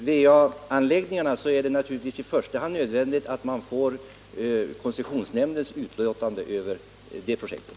Herr talman! Beträffande va-anläggningarna är det naturligtvis i första hand nödvändigt att man får koncessionsnämndens utlåtande över projektet.